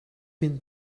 been